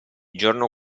giorno